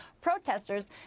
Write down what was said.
protesters